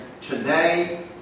Today